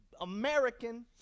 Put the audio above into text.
American